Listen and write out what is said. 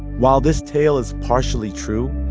while this tale is partially true,